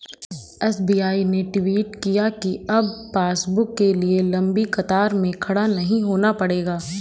SBI ने tweet किया कि अब पासबुक के लिए लंबी कतार में खड़ा नहीं होना पड़ेगा